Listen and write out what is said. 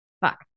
Fuck